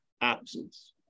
absence